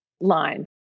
line